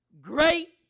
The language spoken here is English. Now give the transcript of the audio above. great